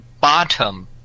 bottom